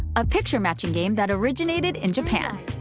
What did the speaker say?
a picture-matching game that originated in japan.